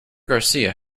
garcia